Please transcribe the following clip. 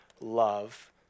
love